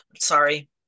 sorry